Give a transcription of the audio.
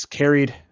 carried